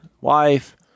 wife